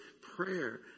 prayer